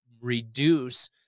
reduce